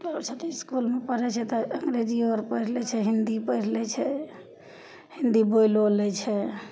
उ सब तऽ इसकुलमे पढ़य छै तऽ अंग्रेजिओ अर पढ़ि लै छै हिन्दी पढ़ि लै छै हिन्दी बोइलो लै छै